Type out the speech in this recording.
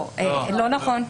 לא נכון.